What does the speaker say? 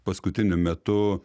paskutiniu metu